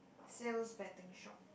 sales betting shop